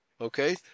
Okay